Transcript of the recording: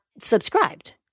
subscribed